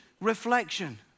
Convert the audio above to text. reflection